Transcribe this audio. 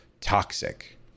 toxic